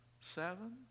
Seven